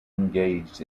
engaged